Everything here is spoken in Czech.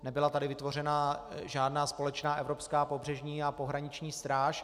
Nebyla tady vytvořená žádná společná evropská pobřežní a pohraniční stráž.